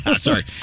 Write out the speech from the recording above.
Sorry